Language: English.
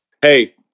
Hey